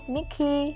Mickey